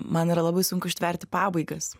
man yra labai sunku ištverti pabaigas